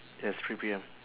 yes three P_M